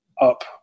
up